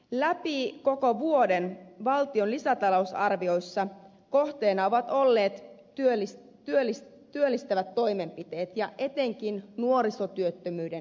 läpi koko vuoden valtion lisätalousarvioissa kohteena ovat olleet työllistävät toimenpiteet ja etenkin nuorisotyöttömyyden nujertaminen